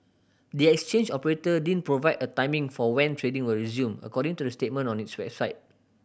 the exchange operator didn't provide a timing for when trading will resume according to the statement on its website